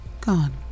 gone